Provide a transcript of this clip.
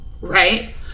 Right